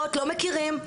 לא מכירים.